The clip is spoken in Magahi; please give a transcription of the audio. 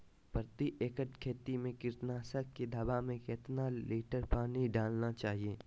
प्रति एकड़ खेती में कीटनाशक की दवा में कितना लीटर पानी डालना चाइए?